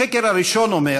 השקר הראשון אומר